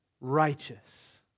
righteous